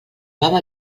baba